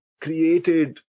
created